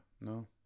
no